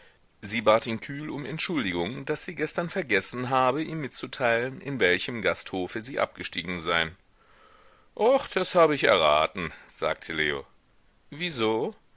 sie bat ihn kühl um entschuldigung daß sie gestern vergessen habe ihm mitzuteilen in welchem gasthofe sie abgestiegen seien o das habe ich erraten sagte leo wieso